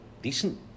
decent